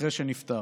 אחרי שנפטר,